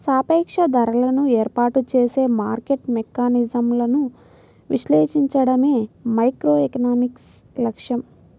సాపేక్ష ధరలను ఏర్పాటు చేసే మార్కెట్ మెకానిజమ్లను విశ్లేషించడమే మైక్రోఎకనామిక్స్ లక్ష్యం